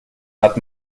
hat